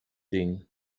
ding